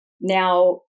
Now